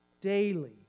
daily